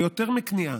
ויותר מכניעה,